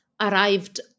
arrived